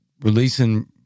releasing